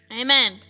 Amen